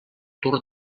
tour